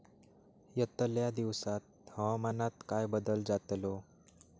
यतल्या दिवसात हवामानात काय बदल जातलो?